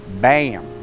bam